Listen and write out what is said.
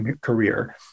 career